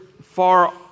far